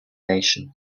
nation